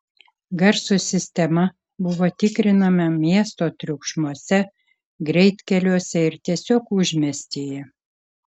garso sistema buvo tikrinama miesto triukšmuose greitkeliuose ir tiesiog užmiestyje